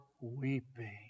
weeping